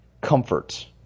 comfort